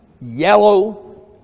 yellow